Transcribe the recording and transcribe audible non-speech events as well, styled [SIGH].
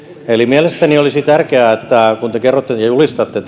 eli mielestäni olisi tärkeää että kun te kerrotte ja julistatte [UNINTELLIGIBLE]